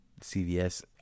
cvs